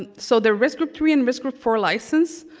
and so the risk group three and risk group four license,